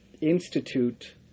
institute